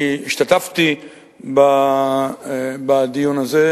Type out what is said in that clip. השתתפתי בדיון הזה,